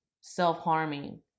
self-harming